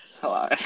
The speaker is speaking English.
hello